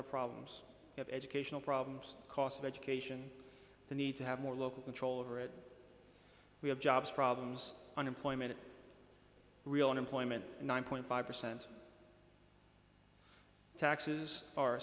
of problems educational problems cos of education the need to have more local control over it we have jobs problems unemployment real unemployment nine point five percent taxes are